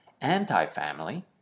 anti-family